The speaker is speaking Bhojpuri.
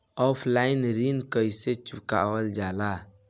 ऑफलाइन ऋण कइसे चुकवाल जाला?